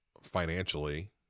financially